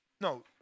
No